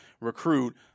recruit